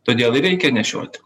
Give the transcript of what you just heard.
todėl ir reikia nešioti